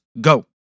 go